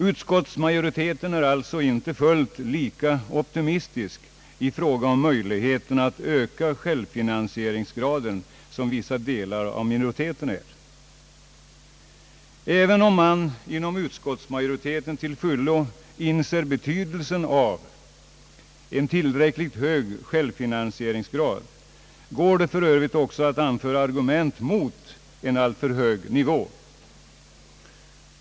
Utskottsmajoriteten är alltså inte fullt så optimistisk i fråga om möjligheterna att höja självfinansieringsgraden som vissa delar av minoriteten är. Även om man inom utskottsmajoriteten till fullo inser betydelsen av en tillräckligt hög självfinansieringsgrad, kan det också anföras argument mot en alltför hög nivå.